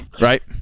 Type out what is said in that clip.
Right